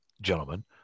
gentlemen